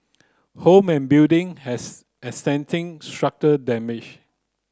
home and building has structure damage